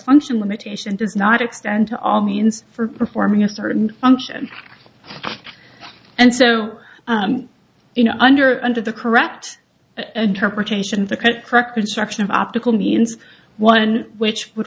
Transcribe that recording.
function limitation does not extend to all means for performing a certain function and so you know under under the correct interpretation the kind of correct construction of optical means one which would